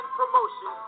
promotion